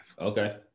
Okay